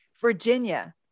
Virginia